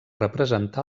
representar